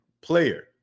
player